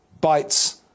bites